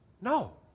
No